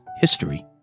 history